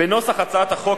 בנוסח הצעת החוק,